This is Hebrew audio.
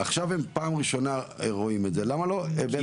עכשיו הם פעם ראשונה רואים את זה, למה לא הבאתם?